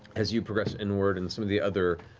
as you progress inward, and some of the other